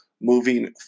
moving